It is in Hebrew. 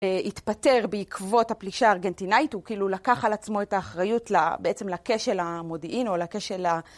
התפטר בעקבות הפלישה הארגנטינאית, הוא כאילו לקח על עצמו את האחריות בעצם לכשל המודיעין או לכשל ה...